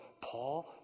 Paul